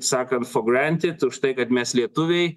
sakant fogranti už tai kad mes lietuviai